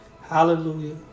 hallelujah